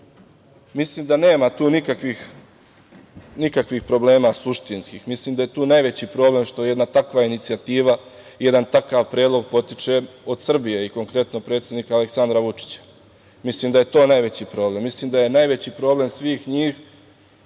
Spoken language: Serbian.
virusa. Mislim da nema tu nikakvih problema, suštinskih. Mislim da je tu najveći problem što jedna takva inicijativa i jedan takav predlog potiče od Srbije i konkretno predsednika, Aleksandra Vučića. Mislim da je to najveći problem. Mislim da je najveći problem svih njih